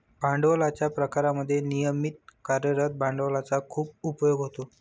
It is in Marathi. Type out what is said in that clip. भांडवलाच्या प्रकारांमध्ये नियमित कार्यरत भांडवलाचा खूप उपयोग होतो